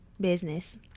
business